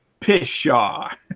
Pishaw